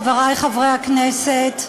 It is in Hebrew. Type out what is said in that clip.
חברי חברי הכנסת,